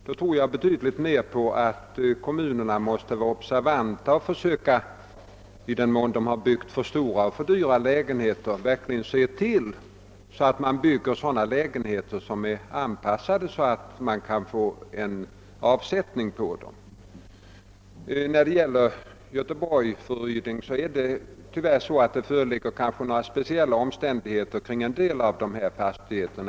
Jag tror betydligt mer på värdet av att kommunerna är observanta och i den mån de nu byggt för stora och för dyra lägenheter verkligen försöker se till att i fortsättningen uppföra lägenheter som de kan få avsättning för. Vad Göteborg beträffar föreligger tyvärr en del speciella omständigheter kring en del av de aktuella fastigheterna.